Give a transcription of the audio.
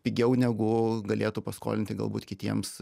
pigiau negu galėtų paskolinti galbūt kitiems